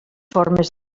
formes